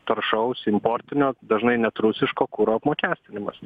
taršaus importinio dažnai net rusiško kuro apmokestinimas